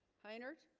hi nerd